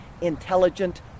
intelligent